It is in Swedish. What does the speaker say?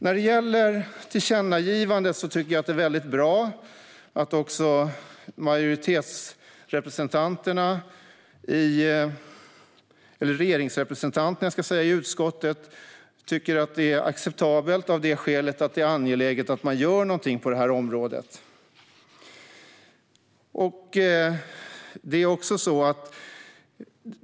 När det gäller tillkännagivandet tycker jag att det är väldigt bra att också regeringsrepresentanterna i utskottet tycker att det är acceptabelt, eftersom det är angeläget att man gör någonting på detta område.